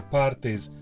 parties